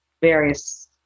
various